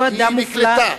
אותו אדם נפלא,